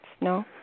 no